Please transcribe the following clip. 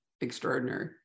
extraordinary